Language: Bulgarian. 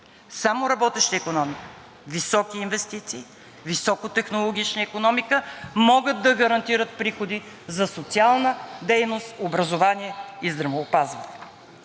Само работеща икономика, високи инвестиции, високотехнологична икономика могат да гарантират приходи за социална дейност, образование и здравеопазване.